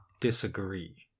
disagree